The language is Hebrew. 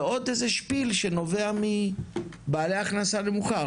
ועוד איזה שפיל שנובע מבעלי הכנסה נמוכה.